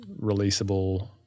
releasable